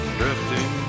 drifting